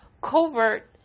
covert